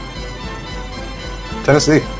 Tennessee